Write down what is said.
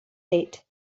date